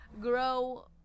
grow